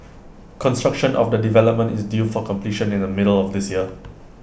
construction of the development is due for completion in the middle of this year